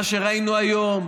עם מה שראינו היום,